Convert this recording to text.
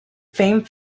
fame